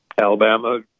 Alabama